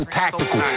tactical